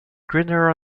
greener